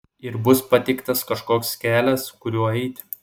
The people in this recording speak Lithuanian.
ir bus pateiktas kažkoks kelias kuriuo eiti